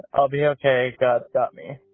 i'll be ok god got me.